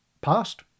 Past